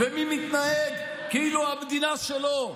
ומי מתנהג כאילו המדינה שלו,